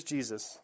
Jesus